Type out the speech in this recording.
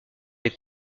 des